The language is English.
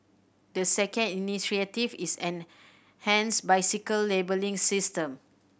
the second initiative is an bicycle labelling system